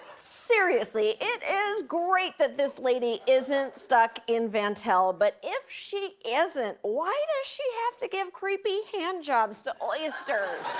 seriously, it is great that this lady isn't stuck in vantel. but if she isn't, why does she have to give creepy hand jobs to oysters?